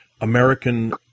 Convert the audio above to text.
American